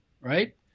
Right